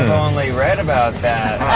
only read about that.